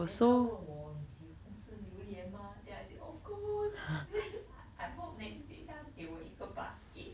then 她问我你喜欢吃榴莲 mah then I said of course then I I hope next day 他给我一个 basket